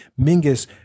Mingus